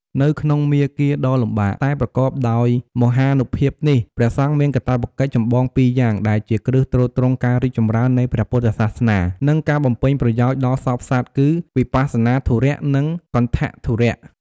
នៅក្នុងមាគ៌ាដ៏លំបាកតែប្រកបដោយមហានុភាពនេះ ព្រះសង្ឃមានកាតព្វកិច្ចចម្បងពីរយ៉ាង ដែលជាគ្រឹះទ្រទ្រង់ការរីកចម្រើននៃព្រះពុទ្ធសាសនា និងការបំពេញប្រយោជន៍ដល់សព្វសត្វ គឺ វិបស្សនាធុរៈ និង គន្ថធុរៈ។